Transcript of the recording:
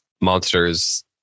monsters